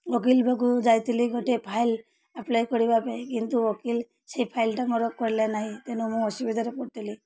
ଓକିଲ ପାଖକୁ ଯାଇଥିଲି ଗୋଟେ ଫାଇଲ୍ ଆପ୍ଲାଏ କରିବା ପାଇଁ କିନ୍ତୁ ଓକିଲ ସେଇ ଫାଇଲ୍ଟା ମୋର କଲେ ନାହିଁ ତେଣୁ ମୁଁ ଅସୁବିଧାରେ ପଡ଼ିଥିଲି